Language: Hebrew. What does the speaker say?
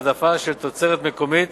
העדפה של תוצרת מקומית